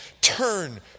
turn